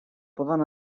poden